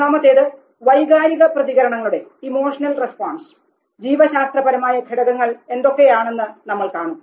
ഒന്നാമത്തേത് വൈകാരിക പ്രതികരണങ്ങളുടെ ജീവശാസ്ത്രപരമായ ഘടകങ്ങൾ എന്തൊക്കെയാണെന്ന് കാണും